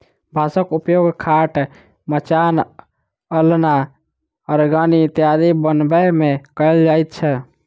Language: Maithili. बाँसक उपयोग खाट, मचान, अलना, अरगनी इत्यादि बनबै मे कयल जाइत छै